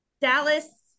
Dallas